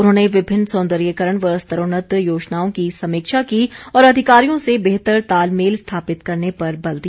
उन्होंने विभिन्न सौन्दर्यीकरण व स्तरोन्नत योजनाओं की समीक्षा की और अधिकारियों से बेहतर तालमेल स्थापित करने पर बल दिया